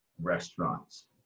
restaurants